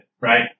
right